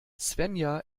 svenja